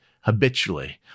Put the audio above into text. habitually